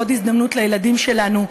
עוד הזדמנות לילדים שלנו,